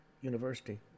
University